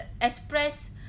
express